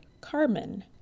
carmen